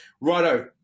Righto